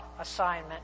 assignment